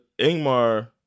Ingmar